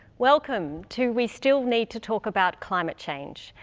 welcome to we still need to talk about climate change.